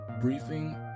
Briefing